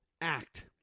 act